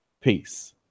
peace